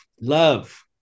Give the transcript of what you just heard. love